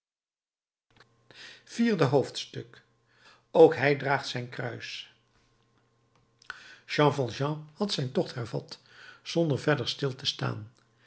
vierde hoofdstuk ook hij draagt zijn kruis jean valjean had zijn tocht hervat zonder verder stil te staan